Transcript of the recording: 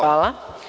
Hvala.